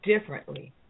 differently